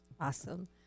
Awesome